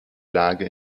lage